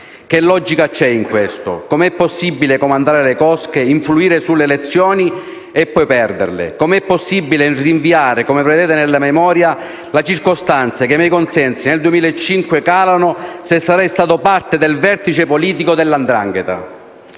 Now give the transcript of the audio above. Che logica c'è in questo? Come è possibile comandare le cosche, influire sulle elezioni e, poi, perderle? Come è possibile rinviare - come si prevede nella memoria - la circostanza che i miei consensi nel 2005 calano se fossi stato parte del vertice politico della 'ndrangheta?